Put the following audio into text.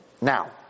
Now